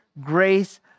grace